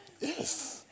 Yes